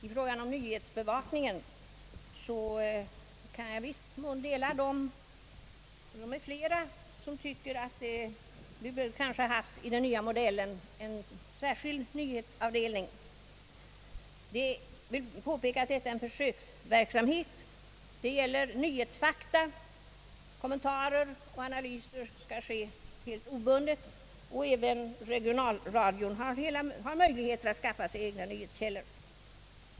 I fråga om nyhetsbevakningen kan jag i viss mån dela den uppfattning som många har att vi i den nya modellen kanske behöver en särskild nyhetsavdelning i båda programkanalerna. Jag vill dock påpeka att detta är en försöksverksamhet. Det gäller centralt en servicefunktion beträffande nyhetsfakta. Kommentarer och analyser skall göras helt obundet, möjligheter finns dock för en var programenhet att skaffa sig egna nyhetskällor.